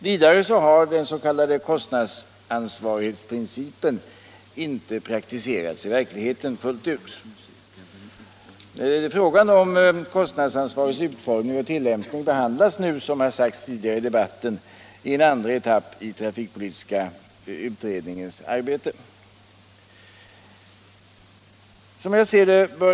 Vidare har den s.k. kostnadsansvarighetsprincipen inte fullt ut praktiserats i verkligheten. Frågan om kostnadsansvarets utformning och tillämpning behandlas nu, som har sagts tidigare i debatten, i en andra etapp i trafikpolitiska utredningens arbete.